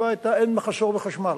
והתשובה היתה: אין מחסור בחשמל.